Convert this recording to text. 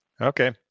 Okay